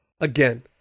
Again